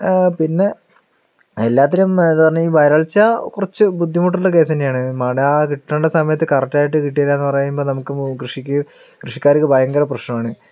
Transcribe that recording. പിന്നെ എല്ലാത്തിലും എന്ന് പറഞ്ഞാൽ ഈ വരൾച്ച കുറച്ച് ബുദ്ധിമുട്ടുള്ള കേസ് തന്നെ ആണ് മഴ കിട്ടേണ്ട സമയത്ത് കറക്റ്റ് ആയിട്ട് കിട്ടിയില്ല എന്ന് പറയുമ്പോൾ നമുക്ക് കൃഷിക്ക് കൃഷിക്കാർക്ക് ഭയങ്കര പ്രശ്നമാണ്